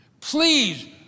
Please